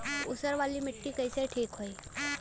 ऊसर वाली मिट्टी कईसे ठीक होई?